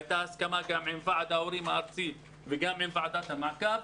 והייתה הסכמה גם עם ועד ההורים הארצי וגם עם ועדת המעקב,